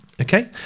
Okay